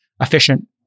efficient